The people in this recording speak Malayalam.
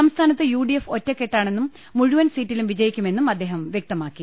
സംസ്ഥാനത്ത് യു ഡി എഫ് ഒറ്റക്കെട്ടാണെന്നും മുഴു വൻ സീറ്റിലും വിജയിക്കുമെന്നും അദ്ദേഹം വൃക്തമാക്കി